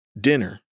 dinner